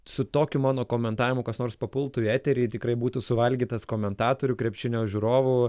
su tokiu mano komentavimu kas nors papultų į eterį tikrai būtų suvalgytas komentatorių krepšinio žiūrovų